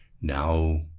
now